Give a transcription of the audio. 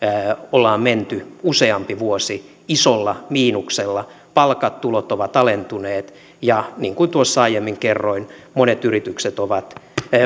on menty useampi vuosi isolla miinuksella palkkatulot ovat alentuneet ja niin kuin aiemmin kerroin monet